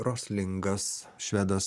roslingas švedas